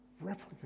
replica